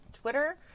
Twitter